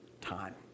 time